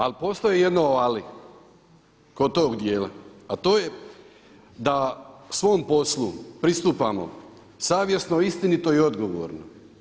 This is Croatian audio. Ali postoji jedno ali kod tog djela a to je da svom poslu pristupamo savjesno, istinito i odgovorno.